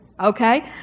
Okay